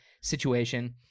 situation